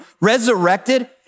resurrected